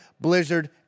Blizzard